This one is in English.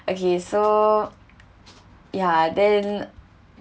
okay so ya then